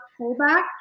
pullback